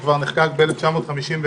שנחקק כבר בשנת 1951,